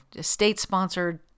state-sponsored